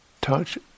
Touch